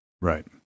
Right